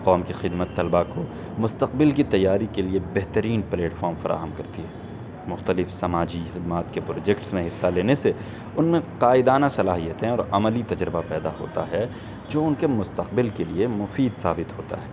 قوم کی خدمت طلبہ کو مستقبل کی تیاری کے لیے بہترین پلیٹفام فراہم کرتی ہے مختلف سماجی خدمات کے پروجیکٹس میں حصہ لینے سے ان کی میں قائدانہ صلاحیتیں اور عملی تجربہ پیدا ہوتا ہے جو ان کے مستقبل کے لیے مفید ثابت ہوتا ہے